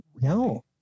no